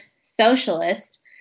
socialist